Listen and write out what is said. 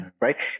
Right